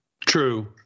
True